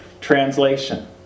translation